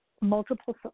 multiple